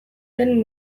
den